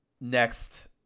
next